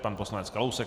Pan poslanec Kalousek.